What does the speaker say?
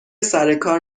سرکار